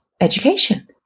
education